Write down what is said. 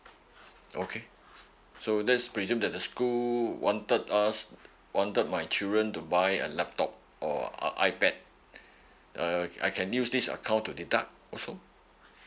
okay so let's presume that the school wanted us wanted my children to buy a laptop or a ipad uh I can use this account to deduct also